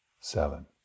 seven